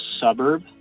suburb